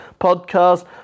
podcast